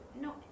No